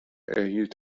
erhielt